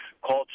culture